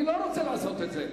אני לא רוצה לעשות את זה.